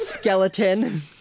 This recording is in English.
skeleton